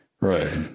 Right